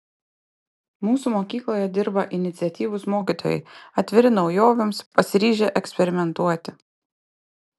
mūsų mokykloje dirba iniciatyvūs mokytojai atviri naujovėms pasiryžę eksperimentuoti